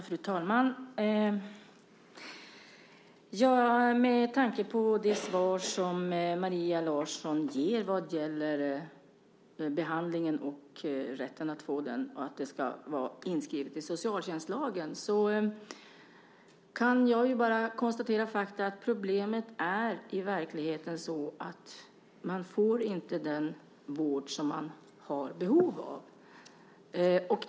Fru talman! Med tanke på de svar som Maria Larsson ger vad gäller rätten att få behandling och frågan om detta ska skrivas in i socialtjänstlagen kan jag bara konstatera att problemet i verkligheten är att man inte får den vård som man är i behov av.